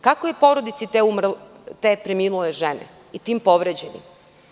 Kako je porodici te preminule žene i tim povređenima?